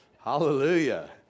hallelujah